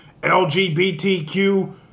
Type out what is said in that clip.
LGBTQ+